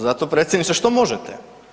Zato predsjedniče što možete.